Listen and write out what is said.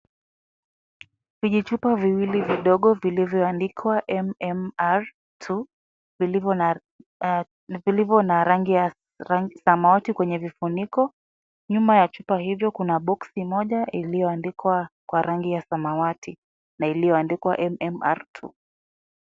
Vijichupa viwil vidogo vilivyoandikwa MMR-2 vilivyo na rangi ya samawati kwenye vifuniko. Nyuma ya chupa hizo kuna box moja iliyoandikwa kwa rangi ya samawati na iliyoandikwa MMR-2 .